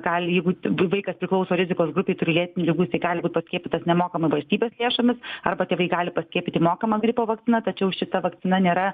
gali jeigu jų vaikas priklauso rizikos grupei turi lėtinių ligų jisai gali būti skiepytas nemokamai valstybės lėšomis arba tėvai gali paskiepyti mokama gripo vakcina tačiau šita vakcina nėra